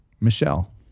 Michelle